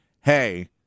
Hey